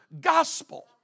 gospel